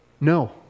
No